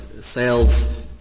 sales